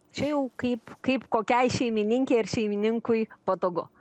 čia jau kaip kaip kokiai šeimininkei ar šeimininkui patogu